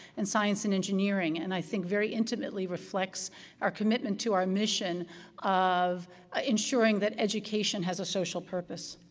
and science and engineering. and i think very intimately reflects our commitment to our mission of ensuring that education has a social purpose.